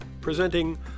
presenting